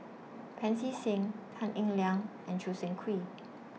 Pancy Seng Tan Eng Liang and Choo Seng Quee